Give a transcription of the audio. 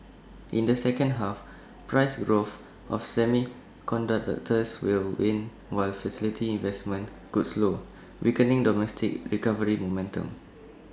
in the second half price growth of semiconductors will wane while facility investments could slow weakening domestic recovery momentum